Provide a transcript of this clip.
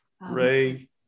Ray